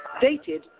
dated